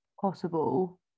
possible